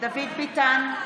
דוד ביטן,